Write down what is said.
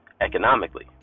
economically